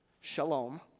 shalom